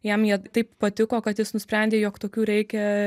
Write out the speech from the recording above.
jam jie taip patiko kad jis nusprendė jog tokių reikia